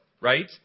right